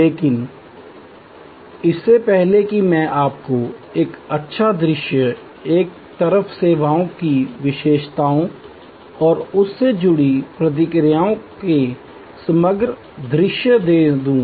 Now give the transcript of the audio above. लेकिन इससे पहले कि मैं आपको एक अच्छा दृश्य एक तरफ सेवाओं की विशेषताओं और उस से जुड़ी प्रतिक्रियाओं के समग्र दृश्य दे दूं